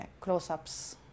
close-ups